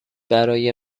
برای